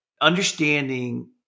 understanding